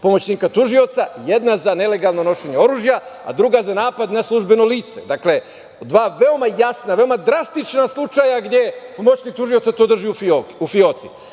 pomoćnika tužioca, jedan za nelegalno nošenje oružja, a druga za napad na službeno lice. Dva veoma jasna, veoma drastična slučaja gde pomoćnik tužioca to drži u fioci. To